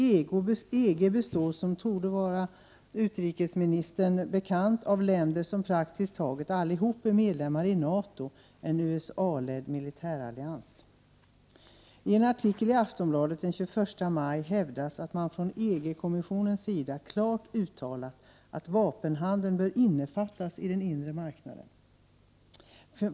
EG består, som torde vara utrikesministern bekant, av länder som praktiskt taget allihop är medlemmar i NATO, en USA-ledd militärallians. I en artikel i Aftonbladet den 21 maj 1989 hävdas att man från EG-kommissionens sida klart uttalat att vapenhandeln bör innefattas i den inre marknaden.